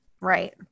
Right